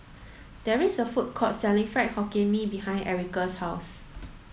there is a food court selling Fried Hokkien Mee behind Erika's house